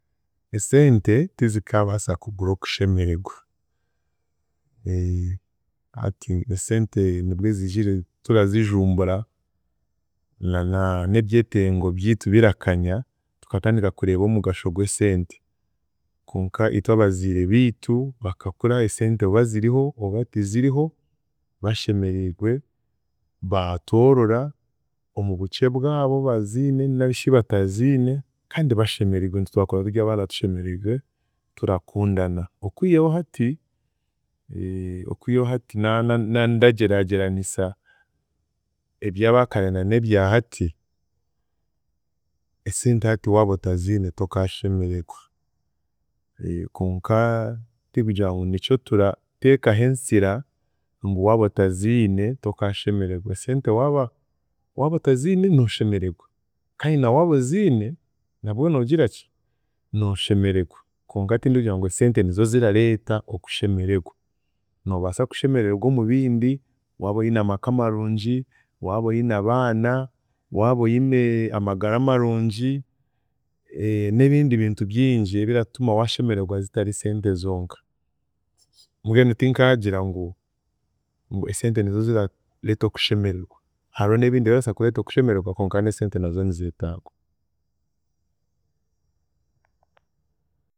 Esente tizikaabaasa kugura okushemererwa. Hati esente nibwe ziijire turazijumbura na na n'ebyetengo byitu birakanya tukatandika kureeba omugasho gw'esente, konka itwe abaziire biitu bakakura esente oba ziriho oba tiziriho bashemeriigwe, baatworora omu bukye bwabo baziine narishi bataziine kandi bashemeriigwe nitwe twakura turi abaana tushemeriigwe turakundana, okwihaho hati okwihaho hati na- na- na ndagyegyeranisa eby'abaakare na n'ebyahati, esente hati waaba otaziine takaashemeregwa konka tikugira ngu nikyo turateekaho ensira ngu waaba otaziine, tokaashemeregwa, esente waaba waaba otaziine nooshemeregwa kandi na waaba oziine nabwe noogiraki, nooshemeregwa konka tindikugira ngu esente nizo ziraareeta okushemererwa, noobaasa kushemeregwa omu bindi waaba oine amaka marungi, waaba oine abaana, waaba oine amagara marungi, n'ebindi bintu bingi ebiratuma waashemererwa zitari sente zonka, mbwenu tinkagira ngu esente nizo zirareeta okushemeregwa hariho n'ebindi ebirareeta okushemeregwa konka n'esente nazo nizeetaagwa.